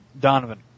Donovan